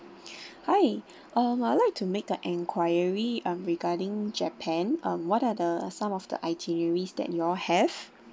hi um I'd like to make an enquiry um regarding japan um what are the some of the itineraries that you all have